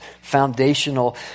foundational